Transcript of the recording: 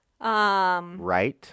Right